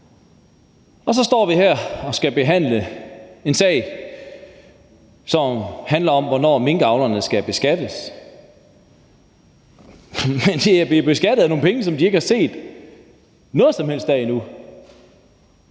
Og så står vi her og skal behandle en sag, som handler om, hvornår minkavlerne skal beskattes. Men de bliver beskattet af nogle penge, som de ikke har set noget som helst til endnu.